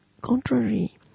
contrary